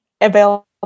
available